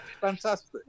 fantastic